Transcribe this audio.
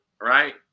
right